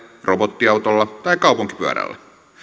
robottiautolla tai kaupunkipyörällä